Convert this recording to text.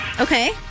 Okay